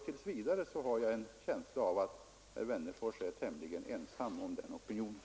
Tills vidare har jag en känsla av att herr Wennerfors är tämligen ensam om den opinionen.